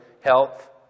health